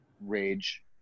rage